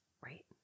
right